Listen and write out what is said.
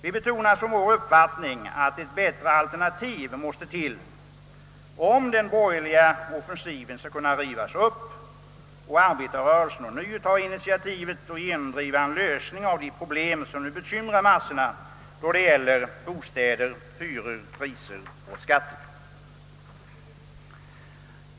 Vi betonar som vår uppfattning att ett bättre alternativ måste till, om den borgerliga offensiven skall kunna rivas upp och arbetarrörelsen ånyo ta initiativet och genomdriva en lösning av de problem, som nu bekymrar massorna då det gäller bostäder, hyror, priser och skatter.